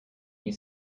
you